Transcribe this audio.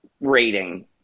rating